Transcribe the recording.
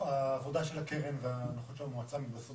העבודה של הקרן וההנחות של המועצה באמת מתבססות